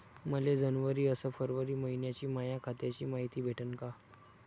मले जनवरी अस फरवरी मइन्याची माया खात्याची मायती भेटन का?